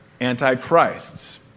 antichrists